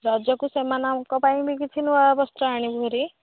ରଜକୁ ସେମାନଙ୍କ ପାଇଁ ବି କିଛି ନୂଆ ବସ୍ତ୍ର ଆଣିବୁ ଭାରି